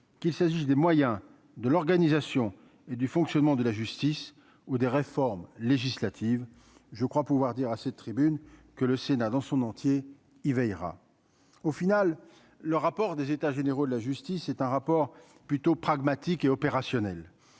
qu'il s'agisse des moyens de l'organisation et du fonctionnement de la justice ou des réformes législatives je crois pouvoir dire à cette tribune que le Sénat dans son entier, il veillera au final, le rapport des états généraux de la justice, c'est un rapport plutôt pragmatique et opérationnelle,